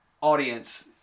audience